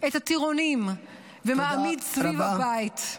את הטירונים, ומעמיד סביב הבית.